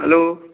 hello